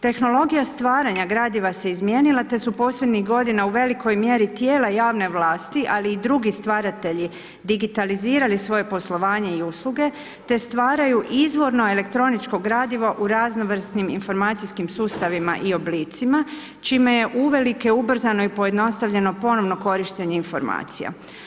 Tehnologija stvaranja gradiva se izmijenila, te su posljednjih godina u velikoj mjeri tijela javne vlasti, ali i drugi stvaratelji digitalizirali svoje poslovanje i usluge, te stvaraju izvorno elektroničko gradivo u raznovrsnim informacijskim sustavima i oblicima čime je uvelike ubrzano i pojednostavljeno ponovno korištenje informacija.